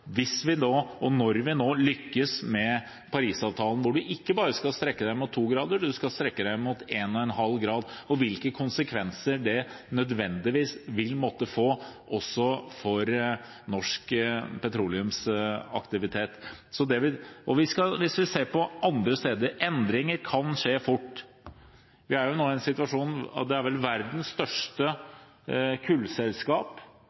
hvis, og når, vi lykkes med Paris-avtalen, når man ikke bare skal strekke seg mot 2 grader, men mot 1,5 grader, hvilke konsekvenser det nødvendigvis vil måtte få også for norsk petroleumsaktivitet. Hvis vi ser på andre steder: Endringer kan skje fort. Vi har nå en situasjon der verdens største private kullselskap – er det vel – er i ferd med å gå konkurs, i disse dager. Hvis man ser på energiselskapene, enten det er